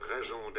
raison